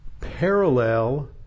parallel